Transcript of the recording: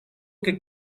que